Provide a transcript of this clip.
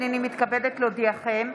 הינני מתכבדת להודיעכם,